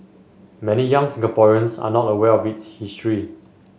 many young Singaporeans are not aware of its history